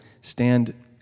stand